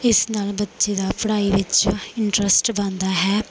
ਇਸ ਨਾਲ ਬੱਚੇ ਦਾ ਪੜ੍ਹਾਈ ਵਿੱਚ ਇੰਟ੍ਰਸਟ ਬਣਦਾ ਹੈ